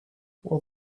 will